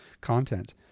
content